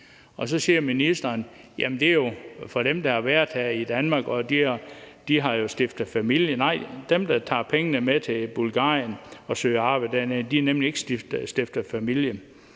Og så siger ministeren, at det jo er for dem, der har været her i Danmark, og at de har stiftet familie. Nej, dem, der tager pengene med til Bulgarien og søger arbejde dernede, har nemlig ikke stiftet familie